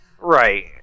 Right